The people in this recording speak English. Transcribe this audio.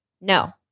no